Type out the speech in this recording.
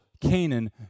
Canaan